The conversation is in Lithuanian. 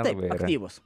taip aktyvus